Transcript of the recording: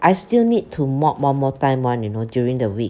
I still need to mop one more time one you know during the week